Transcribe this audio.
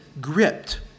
gripped